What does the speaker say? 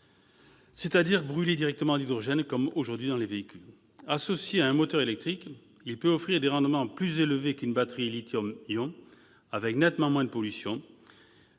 développer plus rapidement ce système pour d'autres types de véhicules. Associé à un moteur électrique, il peut offrir des rendements plus élevés qu'une batterie Lithium-Ion, produisant nettement moins de pollution.